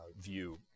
view